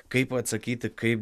kaip atsakyti kaip